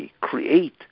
create